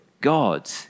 God